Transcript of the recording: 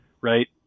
Right